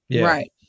right